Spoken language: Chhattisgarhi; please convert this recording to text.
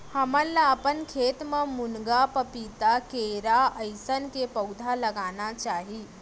हमन ल अपन खेत म मुनगा, पपीता, केरा असन के पउधा लगाना चाही